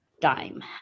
dime